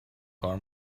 کار